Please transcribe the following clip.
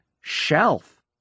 shelf